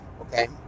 okay